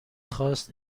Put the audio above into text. خواست